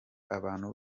abantu